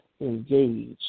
engaged